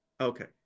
Okay